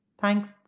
Thanks